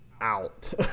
out